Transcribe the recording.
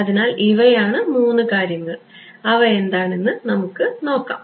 അതിനാൽ ഇവയാണ് മൂന്ന് കാര്യങ്ങൾ അവ നമുക്ക് എന്താണെന്ന് നോക്കാം